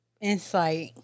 insight